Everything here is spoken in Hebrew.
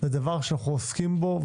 אנו עוסקים בו,